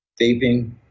vaping